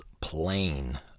plain